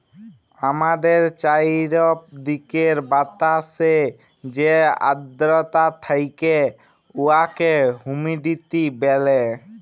আমাদের চাইরদিকের বাতাসে যে আদ্রতা থ্যাকে উয়াকে হুমিডিটি ব্যলে